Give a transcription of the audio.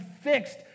fixed